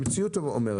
אני אגיד שזאת המציאות.